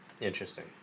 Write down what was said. Interesting